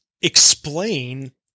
explain